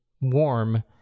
warm